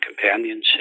companionship